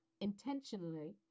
Intentionally